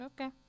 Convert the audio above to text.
Okay